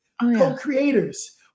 Co-creators